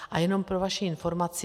A jenom pro vaši informaci.